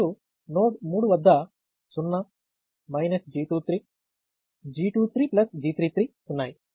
మరియు నోడ్ 3 వద్ద 0 G23 G23G33 ఉన్నాయి